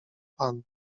pan